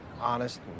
honest